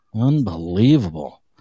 Unbelievable